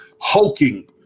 hulking